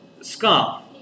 Scarf